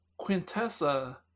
Quintessa